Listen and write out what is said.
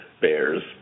bears